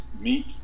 meat